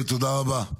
תודה,